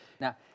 Now